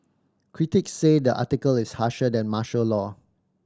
critics say the article is harsher than martial law